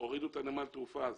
הורידו את נמל התעופה הזה.